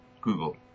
Google